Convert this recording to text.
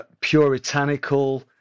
puritanical